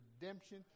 redemption